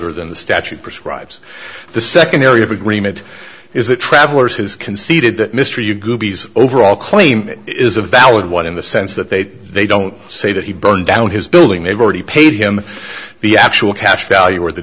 holder than the statute prescribes the second area of agreement is the traveller's has conceded that mr you overall claim is a valid one in the sense that they they don't say that he burned down his building they've already paid him the actual cash value or the